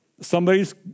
somebody's